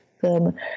film